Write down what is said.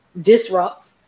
disrupt